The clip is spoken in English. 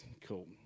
cool